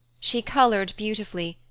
she colored beautifully,